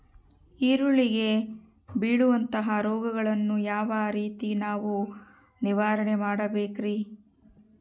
ಈರುಳ್ಳಿಗೆ ಬೇಳುವಂತಹ ರೋಗಗಳನ್ನು ಯಾವ ರೇತಿ ನಾವು ನಿವಾರಣೆ ಮಾಡಬೇಕ್ರಿ?